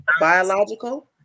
biological